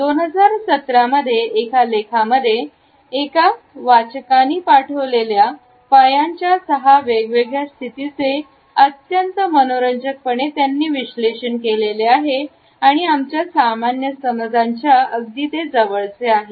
2017 मध्ये एका लेखामध्ये एका वाचकणि पाठवलेल्या पायांच्या सहा वेगवेगळ्या स्थितीचे अत्यंत मनोरंजक पणे त्यांनी विश्लेषण केलेले आहे आणि आमच्या सामान्य समजांच्या अगदी जवळ आहे